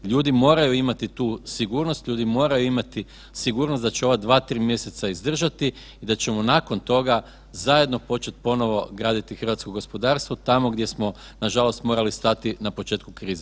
Ljudi moraju imati tu sigurnost, ljudi moraju imati sigurnost da će ova 2, 3 mjeseca izdržati i da ćemo nakon toga zajedno početi ponovo graditi hrvatsko gospodarstvo tamo gdje smo nažalost morali stati na početku krize.